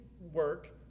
work